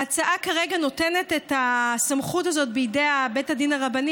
ההצעה כרגע נותנת את הסמכות הזאת בידי בית הדין הרבני.